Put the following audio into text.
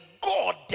God